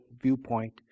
viewpoint